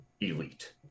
elite